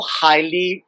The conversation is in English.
highly